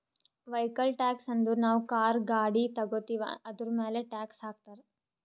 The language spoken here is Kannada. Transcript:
ವೈಕಲ್ ಟ್ಯಾಕ್ಸ್ ಅಂದುರ್ ನಾವು ಕಾರ್, ಗಾಡಿ ತಗೋತ್ತಿವ್ ಅದುರ್ಮ್ಯಾಲ್ ಟ್ಯಾಕ್ಸ್ ಹಾಕ್ತಾರ್